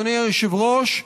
אדוני היושב-ראש,